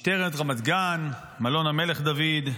משטרת רמת גן, מלון המלך דוד,